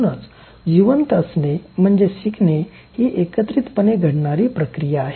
म्हणूनच जिवंत असणे आणि शिकणे ही एकत्रितपणे घडणारी प्रक्रिया आहे